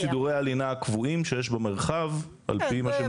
יש את סידורי הלינה הקבועים שיש במרחב על פי מה שמותר.